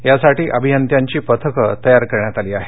यासाठी अभियंत्यांची पथकं तयार करण्यात आली आहेत